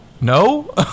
no